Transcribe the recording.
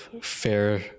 fair